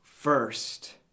first